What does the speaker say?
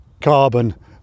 carbon